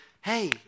hey